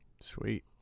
Sweet